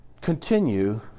continue